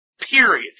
Period